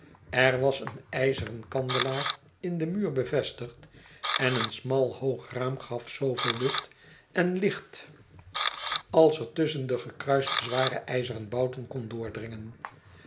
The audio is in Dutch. er was een ijzeren kandelaar in den muur bevestigd en een smal hoog raam gaf zooveel lucht en licht als er tusschen de gekruiste zware ijzeren bouten kon doordringen